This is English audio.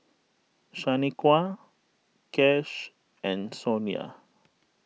Shanequa Kash and Sonya